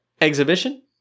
exhibition